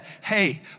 hey